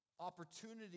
opportunity